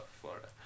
Florida